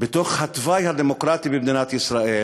בתוך התוואי הדמוקרטי במדינת ישראל